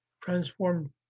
transformed